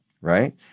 right